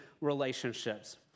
relationships